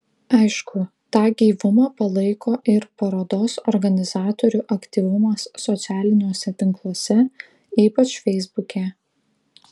aišku tą gyvumą palaiko ir parodos organizatorių aktyvumas socialiniuose tinkluose ypač feisbuke